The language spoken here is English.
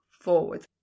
forward